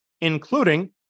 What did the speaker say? including